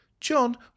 John